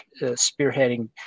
spearheading